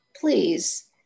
Please